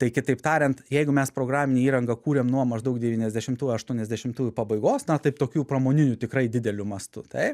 tai kitaip tariant jeigu mes programinę įrangą kūrėm nuo maždaug devyniasdešimtų aštuoniasdešimtųjų pabaigos na taip tokiu pramoniniu tikrai dideliu mastu taip